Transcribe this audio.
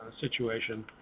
situation